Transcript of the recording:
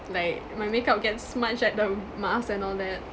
like my makeup gets smudged at the mask and all that